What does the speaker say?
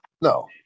No